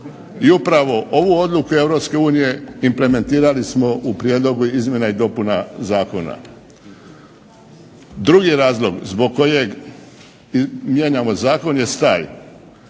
I upravo ovu odluku Europske unije implementirali smo u prijedlogu izmjena i dopuna zakona. Drugi razlog zbog kojeg mijenjamo zakon jest